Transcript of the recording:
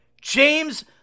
James